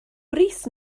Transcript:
brys